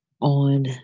on